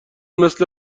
مثل